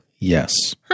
Yes